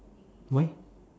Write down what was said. why